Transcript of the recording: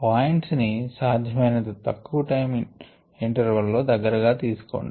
points ని సాధ్యమైనంత తక్కువ టైమ్ ఇంటర్వెల్ లో దగ్గరగా తీసుకొండి